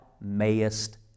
mayest